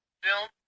film